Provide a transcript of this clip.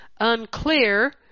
unclear